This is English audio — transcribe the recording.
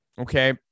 Okay